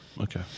Okay